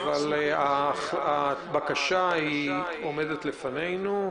הבקשה עומדת לפנינו.